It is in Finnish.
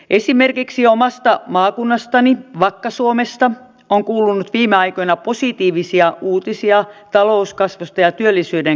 esimerkiksi omasta maakunnastani vakka suomesta on kuulunut viime aikoina positiivisia uutisia talouskasvusta ja työllisyyden kasvusta